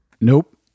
Nope